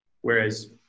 Whereas